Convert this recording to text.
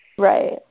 Right